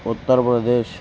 Uttar Pradesh